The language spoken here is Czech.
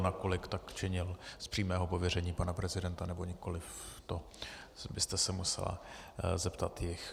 Nakolik tak činil z přímého pověření pana prezidenta, nebo nikoliv, to byste se musela zeptat jich.